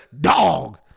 dog